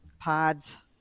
Pods